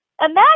Imagine